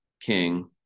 king